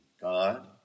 God